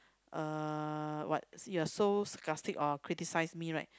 uh what you are so sacarstic or criticise me right